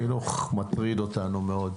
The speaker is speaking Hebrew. חינוך מטריד אותנו מאוד.